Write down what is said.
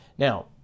Now